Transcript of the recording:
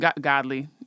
godly